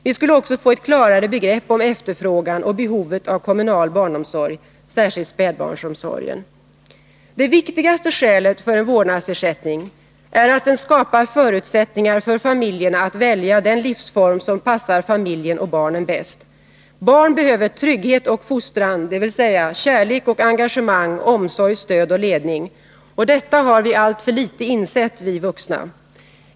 Vi skulle också få ett klarare begrepp om efterfrågan och behovet av kommunal barnomsorg, särskilt spädbarnsomsorg. Det viktigaste skälet för en vårdnadsersättning är att den skapar förutsättningar för familjerna att välja den livsform som passar familjen och barnen bäst. Barn behöver trygghet och fostran, dvs. kärlek och engagemang, omsorg, stöd och ledning. Detta har vi alltför litet insett, vi vuxna.